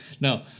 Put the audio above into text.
No